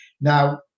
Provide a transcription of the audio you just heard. Now